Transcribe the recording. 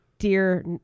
Dear